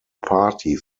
party